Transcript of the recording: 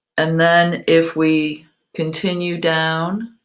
and then if we continue down,